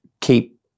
keep